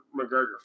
McGregor